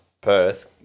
Perth